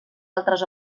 altres